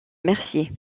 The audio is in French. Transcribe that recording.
mercier